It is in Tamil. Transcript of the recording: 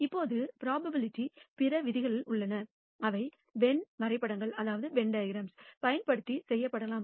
இப்போது ப்ரோபபிலிட்டிக்கான பிற விதிகள் உள்ளன அவை வென் வரைபடங்களைப் பயன்படுத்தி செய்யப்படலாம்